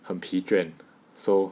很疲倦 so